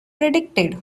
predicted